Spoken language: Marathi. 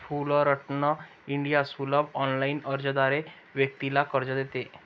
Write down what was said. फुलरटन इंडिया सुलभ ऑनलाइन अर्जाद्वारे व्यक्तीला कर्ज देते